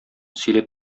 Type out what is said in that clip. сөйләп